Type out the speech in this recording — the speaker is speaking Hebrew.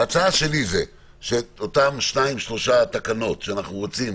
ההצעה שלי זה שאותן שתיים-שלוש תקנות שאנחנו רוצים